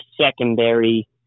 secondary